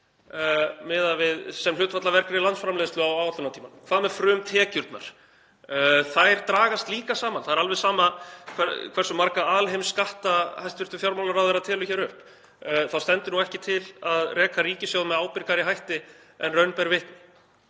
saman sem hlutfall af vergri landsframleiðslu á áætlunartímanum. Hvað með frumtekjurnar? Þær dragast líka saman. Það er alveg sama hversu marga alheimsskatta hæstv. fjármálaráðherra telur upp, það stendur ekki til að reka ríkissjóð með ábyrgari hætti en raun ber vitni.